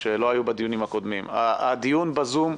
שלא היו בדיונים הקודמים הדיון ב"זום"